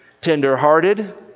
tenderhearted